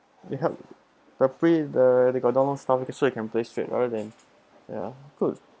you have the free the they got download stuff so you can play straight rather than ya good